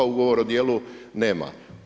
Ugovor o dijelu nema.